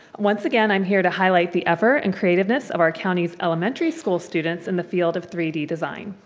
once again, i'm here to highlight the effort and creativeness of our county's elementary school students in the field of three d design.